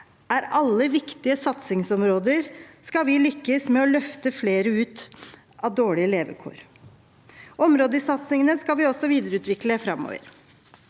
er alle viktige satsingsområder skal vi lykkes med å løfte flere ut av dårlige levekår. Områdesatsingene skal vi også videreutvikle framover.